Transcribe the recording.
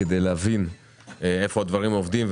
כדי להבין איפה הדברים עובדים,